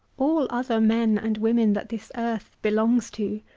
all other men and women that this earth belong-s to,